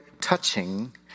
touching